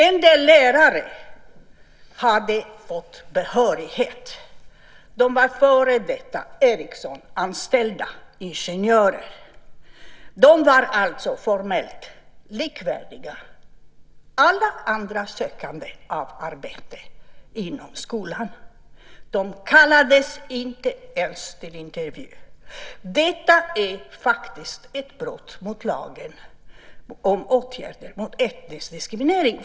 En del lärare hade fått behörighet. De var före detta Ericssonanställda ingenjörer och alltså formellt likvärdiga alla andra sökande av arbete inom skolan. De kallades inte ens till intervju. Det är faktiskt ett brott mot lagen om åtgärder mot etnisk diskriminering.